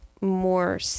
more